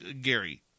Gary